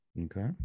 Okay